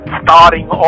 starting